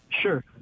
sure